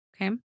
Okay